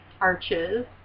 Arches